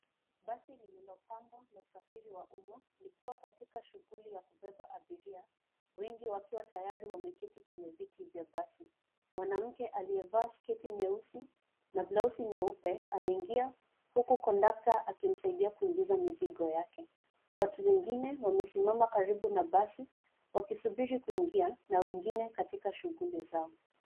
Basi lililopangwa la usafiri wa umma likiwa katika shughuli ya kubeba abiria, wengi wakiwa tayari wameketi kwenye viti vya basi. Mwanamke aliyevaa sketi nyeusi na blausi nyeupe anaingia huku kondakta akimsaidia kuingiza mizigo yake. Watu wengine wamesimama karibu na basi, wakisubiri kuingia na wengine katika shughuli zao.